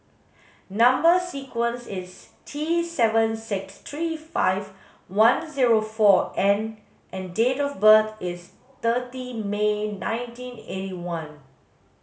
number sequence is T seven six three five one zero four N and date of birth is thirty May nineteen eighty one